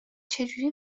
چجوری